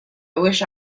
wished